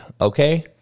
okay